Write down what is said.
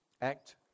Act